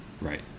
Right